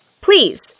Please